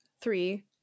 three